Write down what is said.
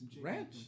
ranch